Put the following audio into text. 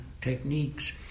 techniques